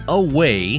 away